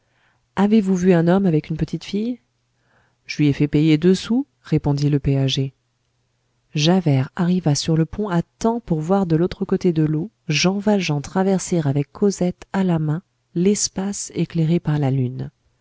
avez-vous vu un homme avec une petite fille je lui ai fait payer deux sous répondit le péager javert arriva sur le pont à temps pour voir de l'autre côté de l'eau jean valjean traverser avec cosette à la main l'espace éclairé par la lune